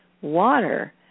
water